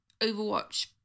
Overwatch